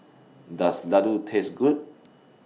Does Laddu Taste Good